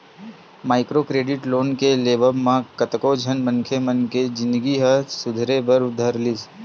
micro credit loan के लेवब म कतको झन मनखे मन के जिनगी ह सुधरे बर धर लिस